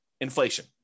Inflation